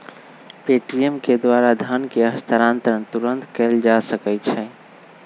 Paytm के द्वारा धन के हस्तांतरण तुरन्ते कएल जा सकैछइ